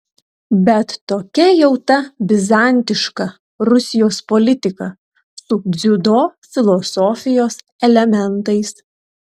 bet tokia jau ta bizantiška rusijos politika su dziudo filosofijos elementais